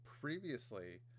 Previously